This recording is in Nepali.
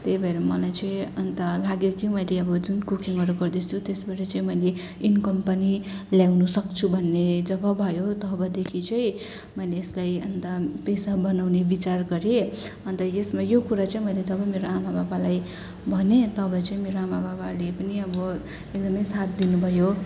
त्यही भएर मलाई चाहिँ थाहा लाग्यो कि मैले अब जुन कुकिङहरू गर्दैछु त्यसबाट चाहिँ मैले इन्कम पनि ल्याउनु सक्छु भन्ने जब भयो तबदेखि चाहिँ मैले यसलाई पेसा बनाउने विचार गरेँ अन्त यसमा यो कुरा चाहिँ जब मैले मेरो आमा बाबालाई भनेँ तब चाहिँ मेरो आमा बाबाले पनि एकदमै साथ दिनुभयो